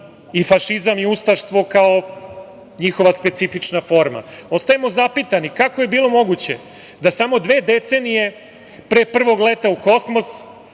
i fašizam i ustaštvo kao njihova specifična forma. Ostajemo zapitani kako je bilo moguće da samo dve decenije pre prvog leta u kosmos